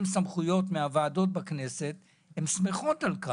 סמכויות מהוועדות בכנסת הם שמחות על כך.